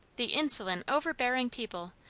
the insolent, overbearing people!